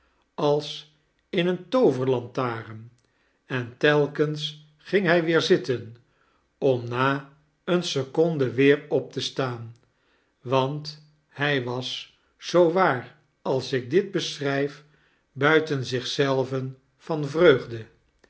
als in eene tooverlantaarn en telkens ging hij weer zitten om na eene seconde weer op te staan want hij was zoo waar als ik dit beschrijf buiten zich zelven van vreugde